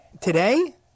Today